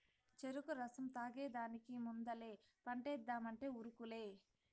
చెరుకు రసం తాగేదానికి ముందలే పంటేద్దామంటే ఉరుకులే